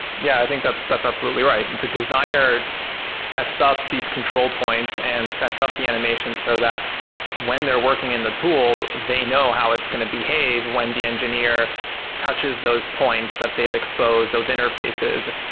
yeah, i think that's that's absolutely right. the designer sets up these control points and sets up the animation, so that when they're working in the tool, they know how it's going to behave when the engineer touches those points that they've exposed those interfaces.